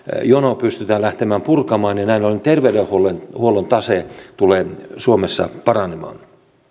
jono pystytään lähteä purkamaan ja näin ollen terveydenhuollon tase tulee suomessa paranemaan